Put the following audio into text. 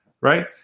Right